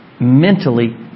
Mentally